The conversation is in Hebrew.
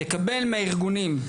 לקבל מהארגונים,